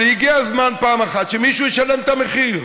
אבל הגיע הזמן פעם אחת שמישהו ישלם את המחיר.